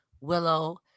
Willow